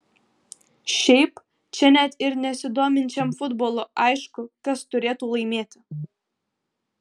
šiaip čia net ir nesidominčiam futbolu aišku kas turėtų laimėti